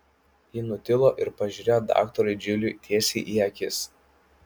ji nutilo ir pažiūrėjo daktarui džiliui tiesiai į akis